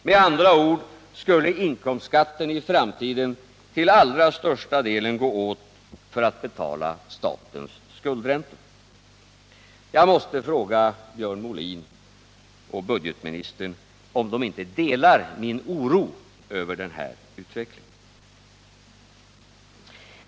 Med andra ord skulle inkomstskatten i framtiden till allra största delen gå åt för att betala statens skuldräntor. Jag måste fråga Björn Molin och budgetministern om de inte delar min oro över den här utvecklingen.